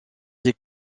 des